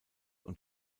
und